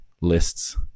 lists